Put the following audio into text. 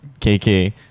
KK